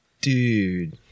dude